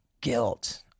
guilt